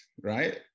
right